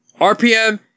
RPM